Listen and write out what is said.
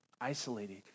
isolated